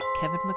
Kevin